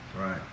Right